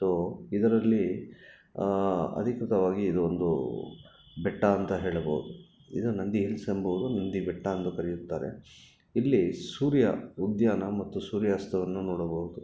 so ಇದರಲ್ಲಿ ಅಧಿಕೃತವಾಗಿ ಇದೊಂದು ಬೆಟ್ಟ ಅಂತ ಹೇಳಬಹುದು ಇದು ನಂದಿ ಹಿಲ್ಸ್ ಎಂಬುವರು ನಂದಿ ಬೆಟ್ಟ ಅಂದು ಕರೆಯುತ್ತಾರೆ ಇಲ್ಲಿ ಸೂರ್ಯ ಉದಯಾನ ಮತ್ತು ಸೂರ್ಯಾಸ್ತವನ್ನು ನೋಡಬಹುದು